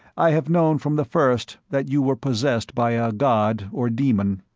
i have known from the first that you were possessed by a god or daemon.